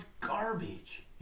garbage